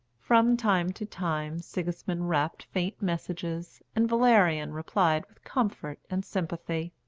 from time to time sigismund rapped faint messages, and valerian replied with comfort and sympathy.